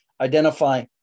Identify